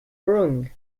wrong